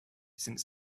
since